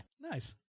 Nice